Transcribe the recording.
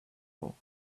all